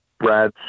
Brad